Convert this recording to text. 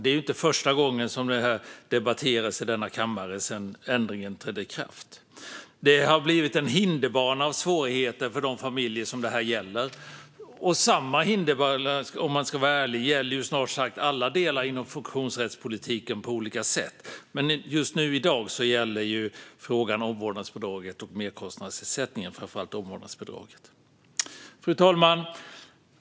Det är inte första gången som den debatteras i kammaren sedan ändringen trädde i kraft. Det har blivit en hinderbana av svårigheter för de familjer som detta gäller. Samma hinderbana gäller ärligt talat snart sagt alla delar inom funktionsrättspolitiken på olika sätt. Men just i dag handlar det om merkostnadsersättningen och framför allt omvårdnadsbidraget. Fru talman!